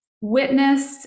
witnessed